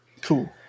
Cool